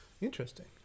Interesting